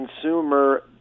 consumer